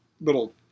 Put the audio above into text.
little